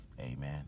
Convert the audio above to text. Amen